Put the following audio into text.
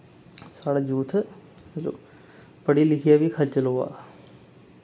साढ़ा जूथ मतलब पढ़ी लिखियै बी खज्जल होआ दा